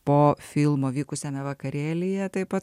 po filmo vykusiame vakarėlyje taip pat